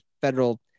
federal